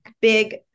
big